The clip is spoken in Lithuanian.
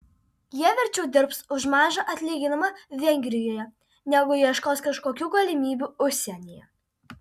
jie verčiau dirbs už mažą atlyginimą vengrijoje negu ieškos kažkokių galimybių užsienyje